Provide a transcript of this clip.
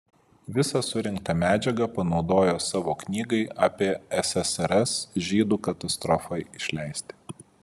visą surinktą medžiagą panaudojo savo knygai apie ssrs žydų katastrofą išleisti